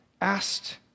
asked